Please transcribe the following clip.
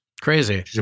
crazy